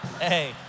Hey